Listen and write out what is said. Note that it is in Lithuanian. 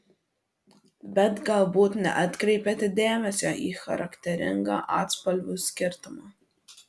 bet galbūt neatkreipėte dėmesio į charakteringą atspalvių skirtumą